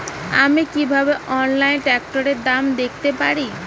আমি কিভাবে অনলাইনে ট্রাক্টরের দাম দেখতে পারি?